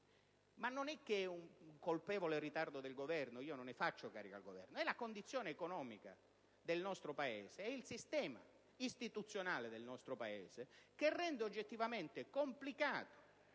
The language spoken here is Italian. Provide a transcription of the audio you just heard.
Ma non è un colpevole ritardo del Governo, non ne faccio carico al Governo: è la condizione economica del nostro Paese. È il sistema istituzionale del nostro Paese che rende oggettivamente complicato